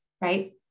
right